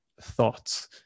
thoughts